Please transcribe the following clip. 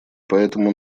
поэтому